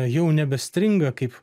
jau nebestringa kaip